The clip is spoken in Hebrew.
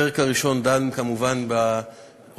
הפרק הראשון דן כמובן באוטיזם,